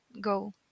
go